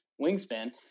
wingspan